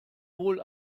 wohl